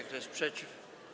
Kto jest przeciw?